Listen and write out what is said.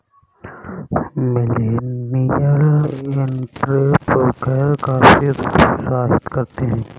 millennial entrepreneur काफी उत्साहित रहते हैं